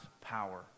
power